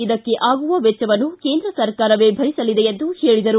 ಇದಕ್ಕೆ ಆಗುವ ವೆಚ್ಚವನ್ನು ಕೇಂದ್ರ ಸರ್ಕಾರವೇ ಭರಿಸಲಿದೆ ಎಂದರು